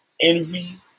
Envy